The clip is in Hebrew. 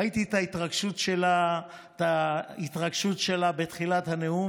ראיתי את ההתרגשות שלה בתחילת הנאום